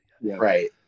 Right